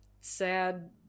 sad